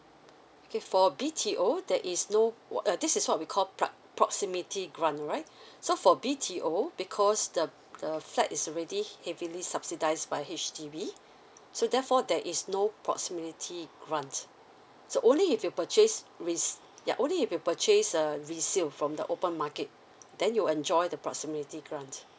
okay for B_T_O there is no what uh this is what we call prox~ proximity grant right so for B_T_O because the the flat is already heavily subsidized by H_D_B so therefore there is no proximity grant so only if you purchase res~ yeah only if you purchase a resale from the open market then you'll enjoy the proximity grant